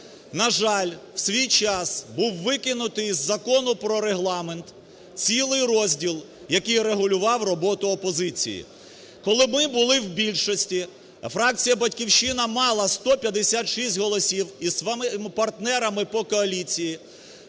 На жаль, в свій час був викинутий із Закону про Регламент цілий розділ, який регулював роботу опозиції. Коли ми були в більшості, фракція "Батьківщина" мала 156 голосів і із своїми партнерами по коаліції